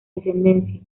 descendencia